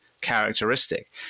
characteristic